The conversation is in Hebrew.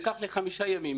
לקח לי חמישה ימים.